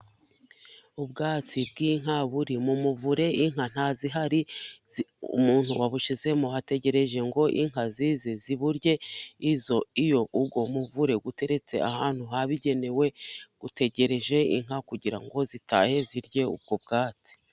Ubwatsi bw'inka buri mumuvure inka ntazihari, umuntu wabushizemo ategereje ngo inka zize ziburye. Iyo umuvure uteretse ahantu habigenewe utegereje inka kugira ngo zitahe zirye ubwo ubwatsi.